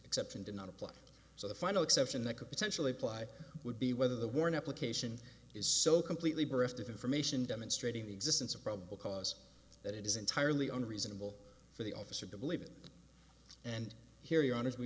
exception do not apply so the final exception that could potentially ply would be whether the warrant application is so completely bereft of information demonstrating the existence of probable cause that it is entirely unreasonable for the officer to believe it and hear your honour's we